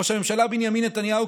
ראש הממשלה בנימין נתניהו,